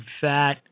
fat